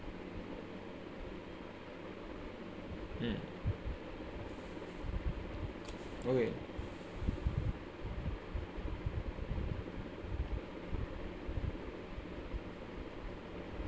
mm okay